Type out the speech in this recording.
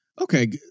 Okay